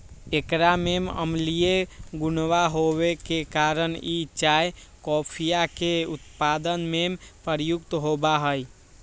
एकरा में अम्लीय गुणवा होवे के कारण ई चाय कॉफीया के उत्पादन में प्रयुक्त होवा हई